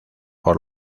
por